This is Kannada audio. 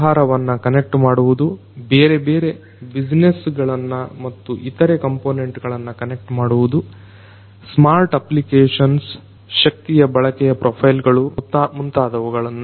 ವ್ಯವಹಾರವನ್ನ ಕನೆಕ್ಟ್ ಮಾಡುವುದು ಬೇರೆ ಬೇರೆ ಬ್ಯುಜಿನೆಸ್ ಗಳನ್ನ ಮತ್ತು ಇತರೆ ಕಂಪೋನೆಂಟ್ ಗಳನ್ನ ಕನೆಕ್ಟ್ ಮಾಡುವುದು ಸ್ಮಾರ್ಟ್ ಅಪ್ಲಿಕೆಷನ್ಸ್ ಶಕ್ತಿಯ ಬಳಕೆಯ ಪ್ರೊಪೈಲ್ ಗಳು ಮತ್ತು ಮುಂತಾದವುಗಳು